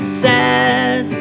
sad